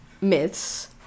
myths